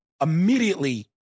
immediately